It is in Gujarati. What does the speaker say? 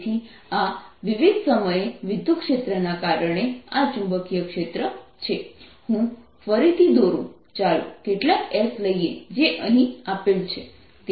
તેથી આ વિવિધ સમયે વિદ્યુતક્ષેત્ર ના કારણે આ ચુંબકીય ક્ષેત્ર છે હું ફરીથી દોરું ચાલો કેટલાક S લઈએ જે અહીં આપેલ છે